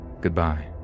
goodbye